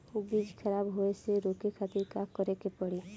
बीज खराब होए से रोके खातिर का करे के पड़ी?